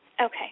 Okay